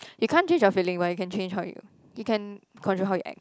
you can't change your feeling but you can change how you you can control how you act